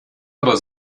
aber